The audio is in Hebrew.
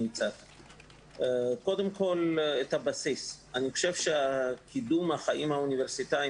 קודם כל הבסיס, קידום החיים האוניברסיטאיים